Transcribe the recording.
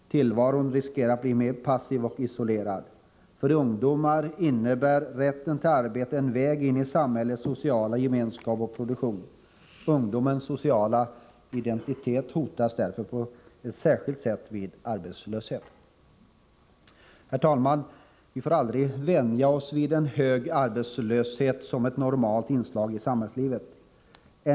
Tillvaron riskerar att bli mer passiv och isolerad. För ungdomar innebär rätten till arbete en väg in i samhällets sociala gemenskap och i dess produktion. Ungdomars sociala identitet hotas därför på ett särskilt sätt vid arbetslöshet. Herr talman! Vi får aldrig vänja oss vid en hög arbetslöshet som ett normalt inslag i samhällslivet.